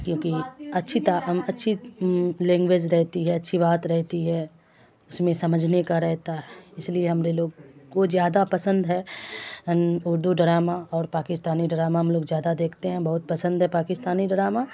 کیونکہ اچھی اچھی لینگویج رہتی ہے اچھی بات رہتی ہے اس میں سمجھنے کا رہتا ہے اس لیے ہمرے لوگ کو زیادہ پسند ہے اردو ڈرامہ اور پاکستانی ڈرامہ ہم لوگ زیادہ دیکھتے ہیں بہت پسند ہے پاکستانی ڈرامہ